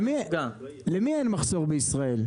למי אין מחסור בישראל?